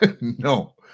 No